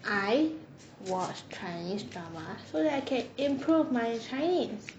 I watch chinese drama so that I can improve my chinese